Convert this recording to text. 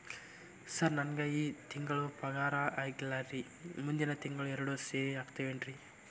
sir ನಂಗ ಈ ತಿಂಗಳು ಪಗಾರ ಆಗಿಲ್ಲಾರಿ ಮುಂದಿನ ತಿಂಗಳು ಎರಡು ಸೇರಿ ಹಾಕತೇನ್ರಿ